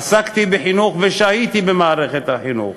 עסקתי בחינוך ושהיתי במערכת החינוך,